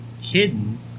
hidden